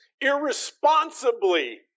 irresponsibly